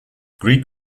greek